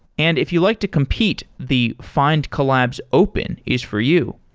and if you like to compete, the findcollabs open is for you.